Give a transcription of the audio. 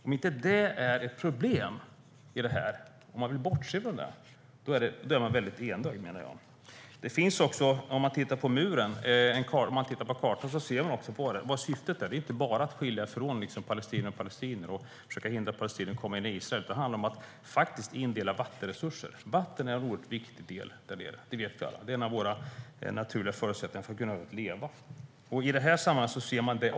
Om inte det är ett problem i detta och man vill bortse från det är man väldigt enögd. När det gäller muren kan man titta på kartan och se vad syftet är. Det är inte bara att skilja palestinier från palestinier och försöka hindra palestinier från att komma in i Israel. Det handlar om att dela in vattenresurser. Vatten är en oerhört viktig del där nere. Det vet alla. Det är en av våra naturliga förutsättningar för att kunna leva. Det ser man också i det här sammanhanget.